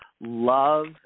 love